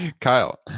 Kyle